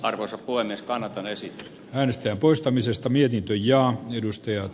arvoisa puuaines kannattaisi hänestä poistamisesta mietitty ja puhemies